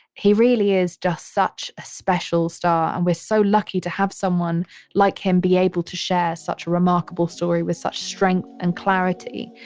he really is just such a special star. and we're so lucky to have someone like him be able to share such a remarkable story with such strength and clarity.